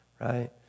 right